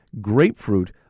grapefruit